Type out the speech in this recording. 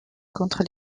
contre